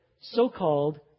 so-called